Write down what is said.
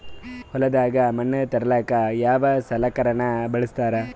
ಹೊಲದಾಗ ಮಣ್ ತರಲಾಕ ಯಾವದ ಸಲಕರಣ ಬಳಸತಾರ?